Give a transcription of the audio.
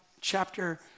chapter